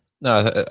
no